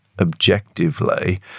objectively